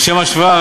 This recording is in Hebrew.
לשם השוואה,